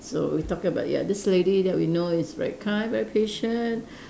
so we talking about ya this lady that we know is very kind very patient